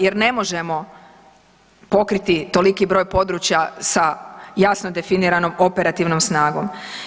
Jer ne možemo pokriti toliki broj područja sa jasno definiranom operativnom snagom.